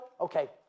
Okay